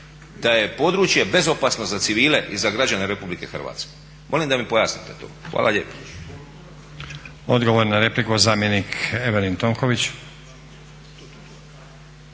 da je područje bezopasno za civile i za građane RH? Molim da mi pojasnite to. Hvala lijepo.